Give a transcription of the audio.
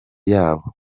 yabo